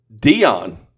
Dion